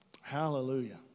Hallelujah